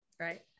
right